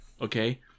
Okay